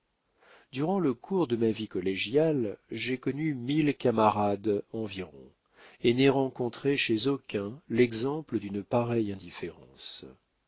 durant le cours de ma vie collégiale j'ai connu mille camarades environ et n'ai rencontré chez aucun l'exemple d'une pareille indifférence